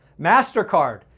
MasterCard